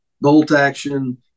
bolt-action